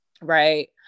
right